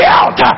out